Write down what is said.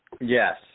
Yes